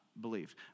believe